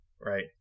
right